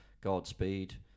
godspeed